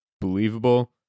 believable